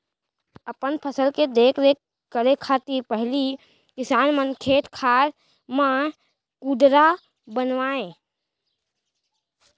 अपन फसल के देख रेख करे खातिर पहिली किसान मन खेत खार म कुंदरा बनावय